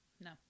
No